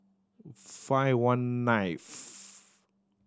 five one ninth